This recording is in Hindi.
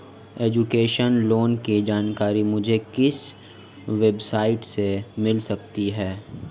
एजुकेशन लोंन की जानकारी मुझे किस वेबसाइट से मिल सकती है?